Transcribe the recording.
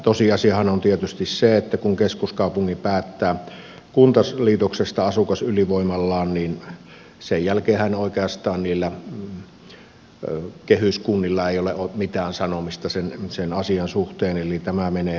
tosiasiahan on tietysti se että kun keskuskaupunki päättää kuntaliitoksesta asukasylivoimallaan niin sen jälkeenhän oikeastaan niillä kehyskunnilla ei ole mitään sanomista sen asian suhteen eli tämä menee eteenpäin